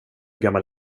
gammal